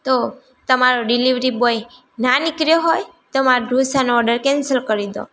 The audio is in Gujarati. તો તમારો ડિલેવરી બોય ના નીકળ્યો હોય તો મારો ઢોંસાનો ઓડર કેન્સલ કરી દો